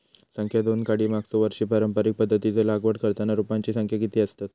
संख्या दोन काडी मागचो वर्षी पारंपरिक पध्दतीत लागवड करताना रोपांची संख्या किती आसतत?